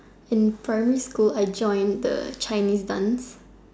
in primary school I joined the Chinese dance